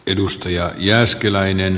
edustaja jääskeläinen